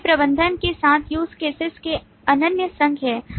तो ये प्रबंधक के साथ use cases के अनन्य संघ हैं